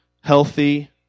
healthy